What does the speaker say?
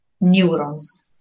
neurons